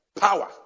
power